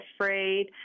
afraid